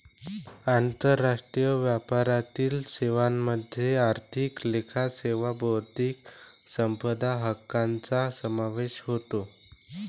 आंतरराष्ट्रीय व्यापारातील सेवांमध्ये आर्थिक लेखा सेवा बौद्धिक संपदा हक्कांचा समावेश होतो